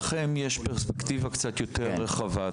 יש לכם פרספקטיבה קצת יותר רחבה.